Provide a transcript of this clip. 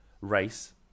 race